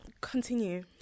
continue